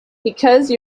because